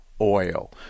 oil